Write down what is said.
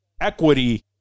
equity